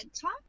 top